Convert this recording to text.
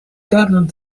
garnered